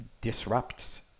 disrupts